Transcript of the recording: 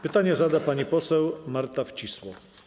Pytanie zada pani poseł Marta Wcisło.